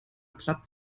platz